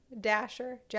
dasher